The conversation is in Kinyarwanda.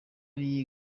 yari